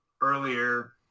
earlier